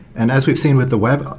and as we've seen with the web,